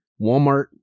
walmart